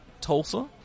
Tulsa